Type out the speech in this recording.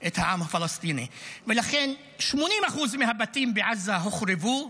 את העם הפלסטיני, ולכן 80% מהבתים בעזה הוחרבו,